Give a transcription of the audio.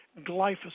glyphosate